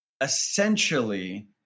essentially